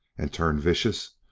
and turn vicious,